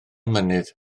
mynydd